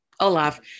Olaf